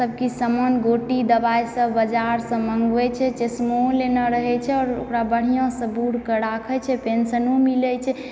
सब किछु समान गोटी दबाइ सब बजार सऽ मंगबै छै चश्मो लेने रहै छै और ओकरा बढ़िऑं सऽ बुढ के राखै छै पेंशनो मिलै छै